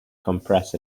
compress